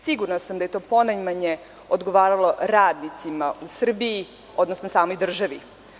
Sigurna sam da je to ponajmanje odgovaralo radnicima u Srbiji, odnosno samoj državi.